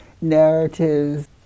narratives